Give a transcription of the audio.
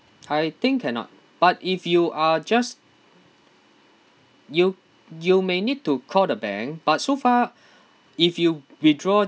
I think cannot but if you are just you you may need to call the bank but so far if you withdraw